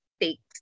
takes